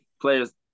players